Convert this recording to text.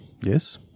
yes